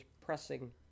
pressing